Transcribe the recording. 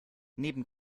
neben